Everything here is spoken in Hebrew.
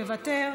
מוותר,